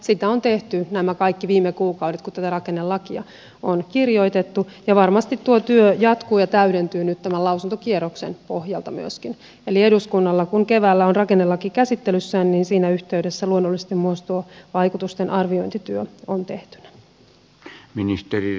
sitä on tehty kaikki nämä viime kuukaudet kun tätä rakennelakia on kirjoitettu ja varmasti tuo työ jatkuu ja täydentyy nyt tämän lausuntokierroksen pohjalta myöskin eli kun eduskunnalla keväällä on rakennelaki käsittelyssään niin siinä yhteydessä luonnollisesti myös tuo vaikutusten arviointityö on tehtynä